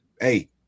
Hey